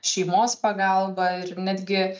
šeimos pagalba ir netgi